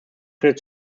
findet